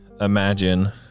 imagine